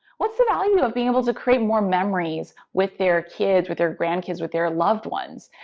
what's the value of being able to create more memories with their kids, with their grandkids, with their loved ones,